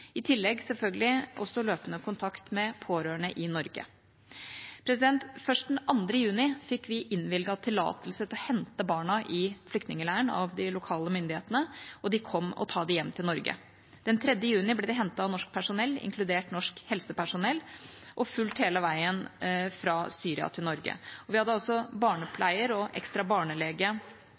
i tillegg til, selvfølgelig, løpende kontakt med pårørende i Norge. Først den 2. juni fikk vi innvilget tillatelse av de lokale myndighetene til å hente barna i flyktningleiren og ta dem hjem til Norge. Den 3. juni ble de hentet av norsk personell, inkludert norsk helsepersonell, og fulgt hele veien fra Syria til Norge. De hadde barnepleier og ekstra barnelege